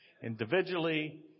individually